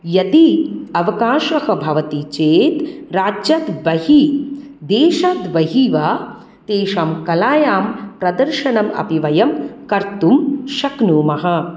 यदि अवकाशः भवति चेत् राज्यात् बहि देशाद् बहि वा तेषां कलायां प्रदर्शनम् अपि वयं कर्तुं शक्नुमः